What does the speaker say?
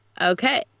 Okay